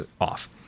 off